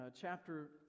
chapter